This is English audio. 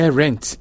rent